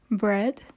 bread